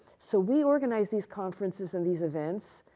so, we organized these conferences and these events.